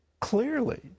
clearly